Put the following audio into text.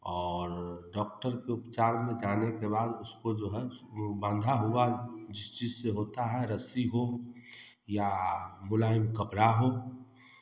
और डॉक्टर के उपचार में जाने के बाद उसको जो है वो बांधा हुआ जिस चीज़ से होता है रस्सी हो या मुलायम कपड़ा हो